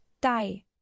Die